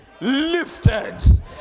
lifted